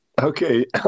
Okay